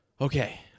okay